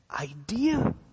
idea